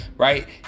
Right